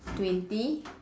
twenty